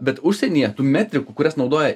bet užsienyje tų metrikų kurias naudoja